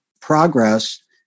progress